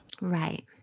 Right